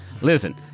Listen